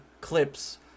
clips